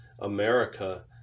America